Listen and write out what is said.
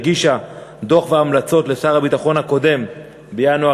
הגישה דוח והמלצות לשר הביטחון הקודם בינואר